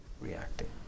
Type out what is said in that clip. reacting